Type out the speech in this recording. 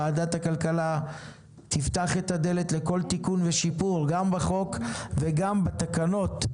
ועדת הכלכלה תפתח את הדלת לכל תיקון ושיפור גם בחוק וגם בתקנות.